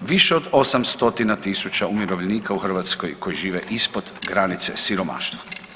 više od 8 stotina tisuća umirovljenika u Hrvatskoj koji žive ispod granice siromaštva.